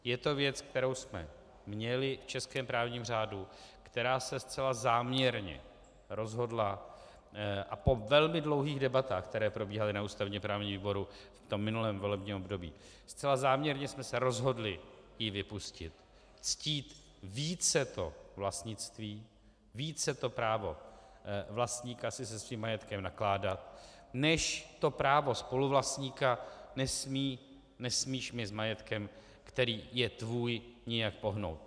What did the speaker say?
Je to věc, kterou jsme měli v českém právním řádu, která se zcela záměrně rozhodla a po velmi dlouhých debatách, které probíhaly na ústavněprávním výboru v minulém volebním období, zcela záměrně jsme se rozhodli ji vypustit, ctít více vlastnictví, více právo vlastníka si se svým majetkem nakládat, než právo spoluvlastníka nesmíš mi s majetkem, který je tvůj, nijak pohnout.